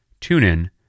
TuneIn